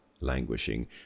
languishing